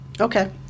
Okay